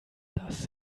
das